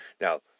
Now